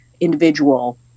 individual